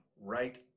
right